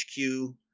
HQ